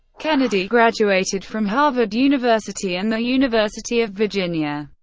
kennedy graduated from harvard university and the university of virginia.